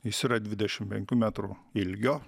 jis yra dvidešim penkių metrų ilgio